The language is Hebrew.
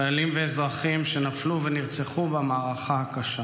חיילים ואזרחים שנפלו ונרצחו במערכה הקשה,